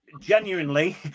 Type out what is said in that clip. genuinely